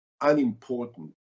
unimportant